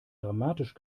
dramatisch